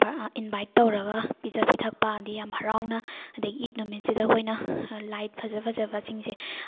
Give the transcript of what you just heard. invite ꯇꯧꯔꯒ pizza ꯄꯤꯊꯛꯄ ꯑꯗ ꯌꯥꯝ ꯍꯔꯥꯎꯅ ꯑꯗ ꯏꯠ ꯅꯨꯃꯤꯠꯁꯤꯗ ꯑꯩꯈꯣꯏꯅ ꯂꯥꯏꯠ ꯐꯖ ꯐꯖꯕꯁꯤꯡꯁꯦ